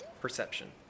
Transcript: Perception